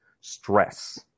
stress